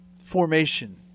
formation